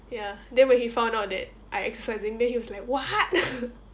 ya then when he found out that I exercising then he was like what